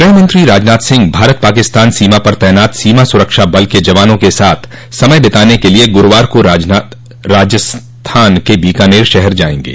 गृहमंत्री राजनाथ सिंह भारत पाकिस्तान सीमा पर तैनात सीमा सुरक्षा बल के जवानों के साथ समय बिताने के लिए गुरूवार को राजस्थान के बीकानेर शहर जाएंगे